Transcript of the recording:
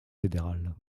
fédéral